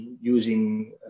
using